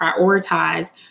prioritize